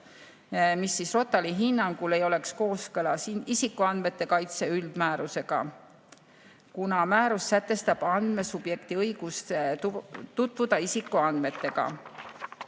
ROTAL-i hinnangul ei oleks see kooskõlas isikuandmete kaitse üldmäärusega, kuna määrus sätestab andmesubjekti õiguse tutvuda isikuandmetega.